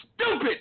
stupid